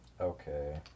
Okay